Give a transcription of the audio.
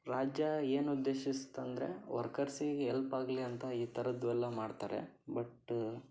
ರಾಜ್ಯ ಏನು ಉದ್ದೇಶಿಸ್ತು ಅಂದರೆ ವರ್ಕರ್ಸಿಗೆ ಹೆಲ್ಪಾಗಲಿ ಅಂತ ಈ ಥರದ್ದು ಎಲ್ಲ ಮಾಡ್ತಾರೆ ಬಟ್ಟ